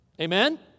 Amen